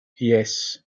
yes